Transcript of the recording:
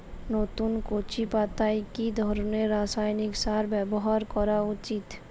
নতুন কচি পাতায় কি ধরণের রাসায়নিক সার ব্যবহার করা উচিৎ?